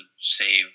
save